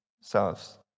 selves